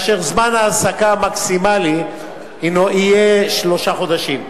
כאשר זמן ההעסקה המקסימלי יהיה שלושה חודשים.